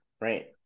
right